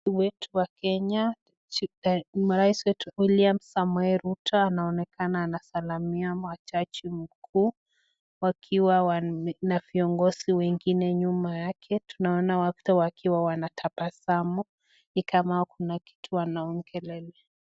Rais wetu wa Kenya, rais wetu Wlliam Samoei Ruto anaonekana anasalimia majaji wakuu, wakiwa na viongozi wengine nyuma yake, tunaona wote wakiwa wanatabasamu ni kama kuna kitu wanaongelelea.